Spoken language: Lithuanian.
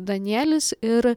danielius ir